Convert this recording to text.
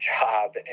job